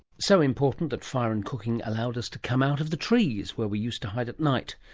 so important that fire and cooking allowed us to come out of the trees where we used to hide at night,